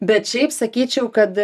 bet šiaip sakyčiau kad